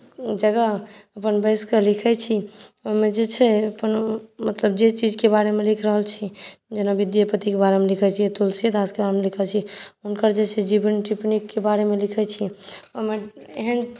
जगह अपन बैसकऽ लिखै छी ओहिमे जे छै कोनो मतलब जे ई चीजकेँ बारेमे लिख रहल छी जेना विद्यापतिकेँ बारेमे लिखै छी तुलसीदासकेँ बारेमे लिखै छी हुनकर जे छै जीवन टिप्पणीके बारेमे लिखै छी ओहिमे एहन